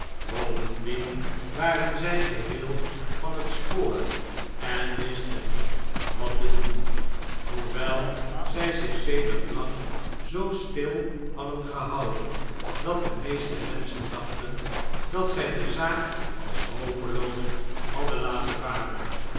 bovendien waren zij gehee van het spoor en wisten niet wat te doen hoe wel zij zich sedert lang zoo stil hadden gehouden dat de meeste menschen dachten dat zij de zaak als hopeloos hadden laten varen